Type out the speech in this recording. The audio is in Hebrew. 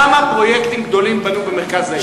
כמה פרויקטים גדולים בנו במרכז העיר?